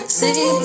see